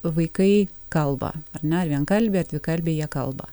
vaikai kalba ar ne ar vienkalbiai ar dvikalbiai jie kalba